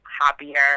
happier